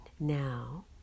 Now